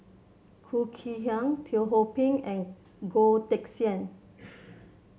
Khoo Kay Hian Teo Ho Pin and Goh Teck Sian